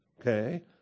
Okay